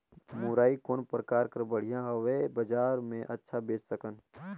मुरई कौन प्रकार कर बढ़िया हवय? बजार मे अच्छा बेच सकन